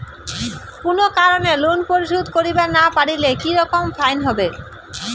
কোনো কারণে লোন পরিশোধ করিবার না পারিলে কি রকম ফাইন হবে?